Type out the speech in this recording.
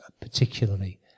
particularly